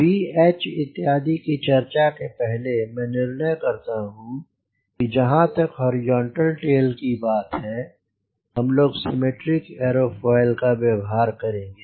VH इत्यादि की चर्चा के पहले मैं निर्णय करता हूँ कि जहाँ तक हॉरिजॉन्टल टेल की बात है हम लोग सिमेट्रिक एरोफोइल व्यवहार करेंगे